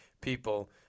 people